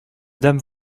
dames